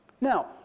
Now